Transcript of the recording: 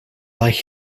like